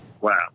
Wow